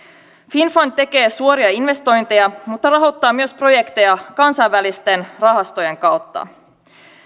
finnfund tekee suoria investointeja mutta rahoittaa myös projekteja kansainvälisten rahastojen kautta